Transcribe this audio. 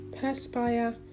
Perspire